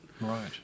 Right